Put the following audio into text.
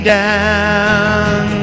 down